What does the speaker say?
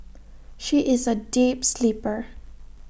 she is A deep sleeper